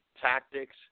tactics